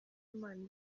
imana